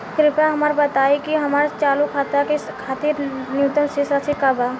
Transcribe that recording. कृपया हमरा बताइ कि हमार चालू खाता के खातिर न्यूनतम शेष राशि का बा